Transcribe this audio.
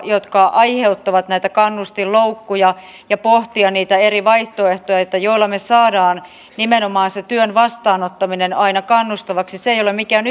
jotka aiheuttavat näitä kannustinloukkuja ja pohtia niitä eri vaihtoehtoja joilla me saamme nimenomaan sen työn vastaanottamisen aina kannustavaksi se ei ole mikään